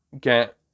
get